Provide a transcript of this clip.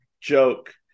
joke